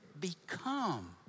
become